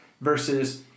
versus